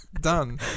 done